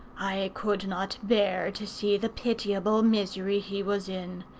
i could not bear to see the pitiable misery he was in.